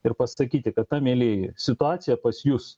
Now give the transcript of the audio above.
ir pasakyti kad na mielieji situacija pas jus